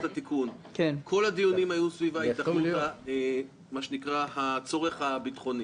התיקון: כל הדיונים היו סביב הצורך הביטחוני,